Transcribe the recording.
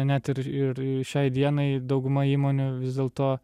net ir ir šiai dienai dauguma įmonių vis dėlto